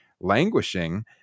languishing